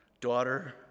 daughter